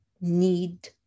need